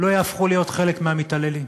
לא יהפכו להיות חלק מהמתעללים.